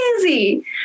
crazy